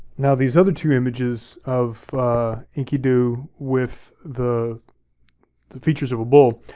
now these other two images of enkidu with the the features of a bull,